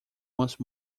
once